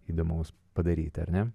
įdomaus padaryti ar ne